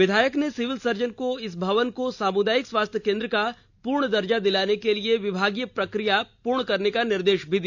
विधायक ने civil surgeon को इस भवन को सामुदायिक स्वास्थ्य केंद्र का पूर्ण दर्जा दिलाने के लिए विभागीय प्रक्रिया पूर्ण करने का निर्देश भी दिया